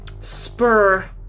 spur